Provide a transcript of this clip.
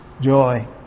joy